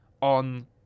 on